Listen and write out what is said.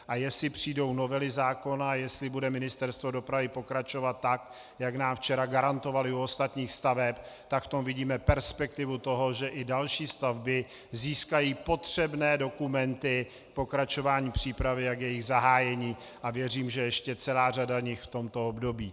A jestli přijdou novely zákona, jestli bude Ministerstvo dopravy pokračovat tak, jak nám včera garantovali u ostatních staveb, tak v tom vidíme perspektivu toho, že i další stavby získají potřebné dokumenty k pokračování přípravy a k jejich zahájení, a věřím, že ještě celá řada v tomto období.